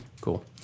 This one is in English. cool